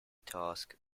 task